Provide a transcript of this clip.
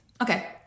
Okay